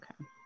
Okay